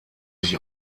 sich